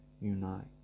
Unite